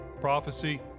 prophecy